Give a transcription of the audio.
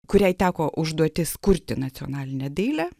kuriai teko užduotis kurti nacionalinę dailę